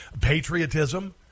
patriotism